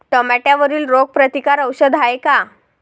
टमाट्यावरील रोग प्रतीकारक औषध हाये का?